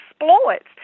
exploits